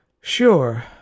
Sure